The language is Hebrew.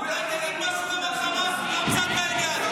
אולי תגיד משהו גם על חמאס?